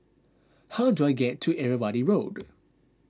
how do I get to Irrawaddy Road